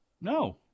No